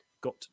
got